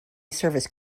service